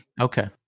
okay